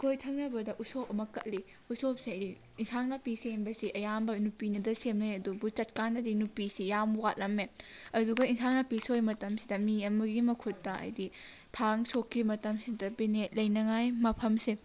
ꯑꯩꯈꯣꯏ ꯊꯪꯅꯕꯗ ꯎꯁꯣꯞ ꯑꯃ ꯀꯠꯂꯤ ꯎꯁꯣꯞꯁꯦ ꯑꯩ ꯏꯟꯁꯥꯡ ꯅꯥꯄꯤ ꯁꯦꯝꯕꯁꯤ ꯑꯌꯥꯝꯕ ꯅꯨꯄꯤꯅꯗ ꯁꯦꯝꯅꯩ ꯑꯗꯨꯕꯨ ꯆꯠꯀꯥꯟꯗꯗꯤ ꯅꯨꯄꯤꯁꯤ ꯌꯥꯝ ꯋꯥꯠꯂꯝꯂꯦ ꯑꯗꯨꯒ ꯏꯟꯁꯥꯡ ꯅꯥꯄꯤ ꯁꯣꯏ ꯃꯇꯝꯁꯤꯗ ꯃꯤ ꯑꯃꯒꯤ ꯃꯈꯨꯠꯇ ꯍꯥꯏꯗꯤ ꯊꯥꯡ ꯁꯣꯛꯈꯤ ꯃꯇꯝꯁꯤꯗ ꯕꯦꯅꯦꯠ ꯂꯩꯅꯉꯥꯏ ꯃꯐꯝꯁꯦ